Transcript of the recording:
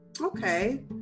Okay